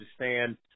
understand